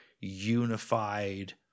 unified